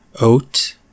Oat